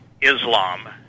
Islam